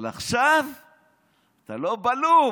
אבל עכשיו אתה לא בלופ.